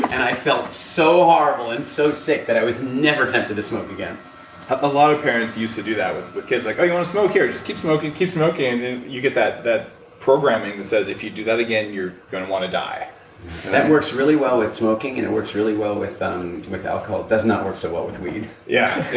and i felt so horrible and so sick that i was never tempted to smoke again a lot of parents used to do that with with kids, like, oh, you wanna smoke, here just keep smoking, keep smoking and you get that that programming that says if you do that again, you're gonna want to die that works really well with smoking, and it works really well with um with alcohol. it does not work so well with weed yeah.